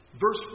verse